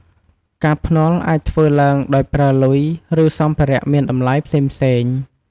ការភ្នាល់អាចធ្វើឡើងដោយប្រើ លុយ ឬសម្ភារៈមានតម្លៃផ្សេងៗ។